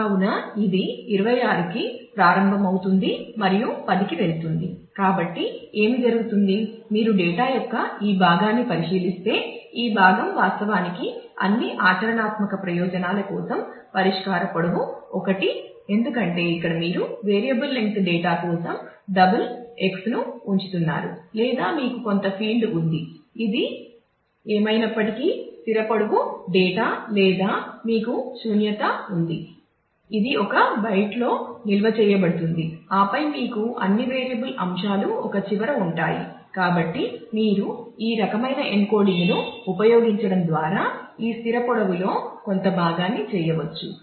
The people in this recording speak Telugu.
కావున ఇది 26 కి ప్రారంభమవుతుంది మరియు 10 కి వెళ్తుంది కాబట్టి ఏమి జరుగుతుంది మీరు డేటా యొక్క ఈ భాగాన్ని పరిశీలిస్తే ఈ భాగం వాస్తవానికి అన్ని ఆచరణాత్మక ప్రయోజనాల కోసం పరిష్కార పొడవు 1 ఎందుకంటే ఇక్కడ మీరు వేరియబుల్ లెంగ్త్ డేటాను ఉపయోగించడం ద్వారా ఈ స్థిర పొడవులో కొంత భాగాన్ని చేయవచ్చు